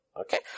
Okay